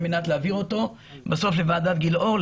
מנת להעביר אותו בסוף לוועדת גילאור,